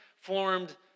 formed